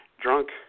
drunk